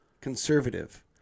conservative